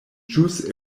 ĵus